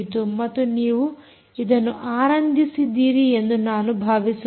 ಮತ್ತು ನೀವು ಇದನ್ನು ಆನಂದಿಸಿದ್ದೀರಿ ಎಂದು ನಾನು ಭಾವಿಸುತ್ತೇನೆ